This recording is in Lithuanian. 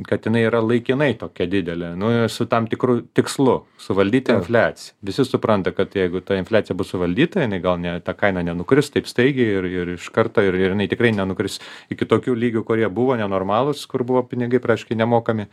kad inai yra laikinai tokia didelė nu su tam tikru tikslu suvaldyti infliaciją visi supranta kad jeigu ta infliacija bus suvaldyta jinai gal ne ta kaina nenukris taip staigiai ir ir iškarto ir jinai tikrai nenukris iki tokių lygių kurie buvo nenormalūs kur buvo pinigai praktiškai nemokami